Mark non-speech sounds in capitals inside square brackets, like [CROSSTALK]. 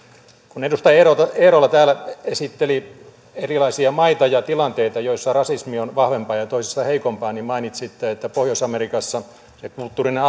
kun edustaja eerola eerola täällä esitteli erilaisia maita ja tilanteita joissa rasismi on vahvempaa ja toisissa vähän heikompaa niin mainitsitte että pohjois amerikassa se kulttuurinen [UNINTELLIGIBLE]